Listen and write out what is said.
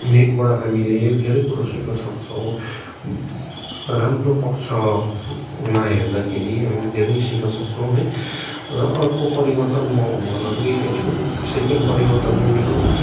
नेटबाट हामीले धेरै कुरो सिक्नसक्छौँ राम्रो पक्षमा हेर्दाखेरि हामीले धेरै सिक्नसक्छौँ है र अर्को परिवर्तन म भन्न गइरहेछु सेकेन्ड परिवर्तन मेरो